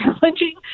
challenging